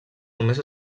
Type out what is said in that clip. només